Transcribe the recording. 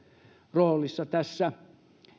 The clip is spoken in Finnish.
roolissa tässä